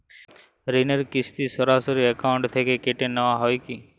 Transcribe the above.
ঋণের কিস্তি সরাসরি অ্যাকাউন্ট থেকে কেটে নেওয়া হয় কি?